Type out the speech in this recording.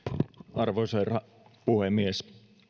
arvoisa herra puhemies